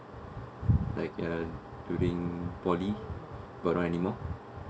like in during poly but not anymore